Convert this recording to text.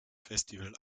festival